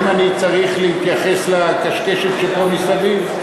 האם אני צריך להתייחס לקשקשת שפה מסביב?